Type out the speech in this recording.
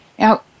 Now